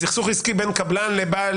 בסכסוך עסקי בין קבלן ל- --,